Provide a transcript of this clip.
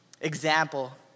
example